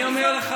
אני אומר לך,